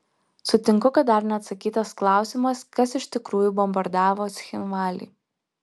sutinku kad dar neatsakytas klausimas kas iš tikrųjų bombardavo cchinvalį